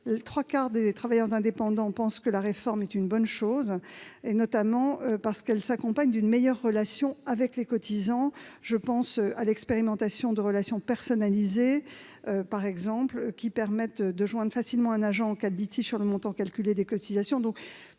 trois quarts des travailleurs indépendants pensent que la réforme est une bonne chose, notamment parce qu'elle s'accompagne d'une meilleure relation avec les cotisants. Je pense à l'expérimentation de la relation personnalisée, qui permet à un travailleur indépendant de joindre facilement un agent en cas de litige sur le montant calculé des cotisations.